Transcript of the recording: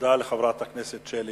תודה לחברת הכנסת שלי